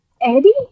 Eddie